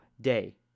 day